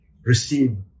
receive